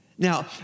Now